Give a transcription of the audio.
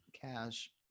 cash